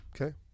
okay